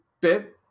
bit